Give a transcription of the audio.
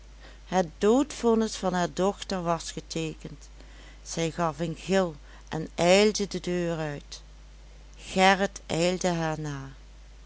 het doodvonnis van haar dochter was getekend zij gaf een gil en ijlde de deur uit gerrit ijlde haar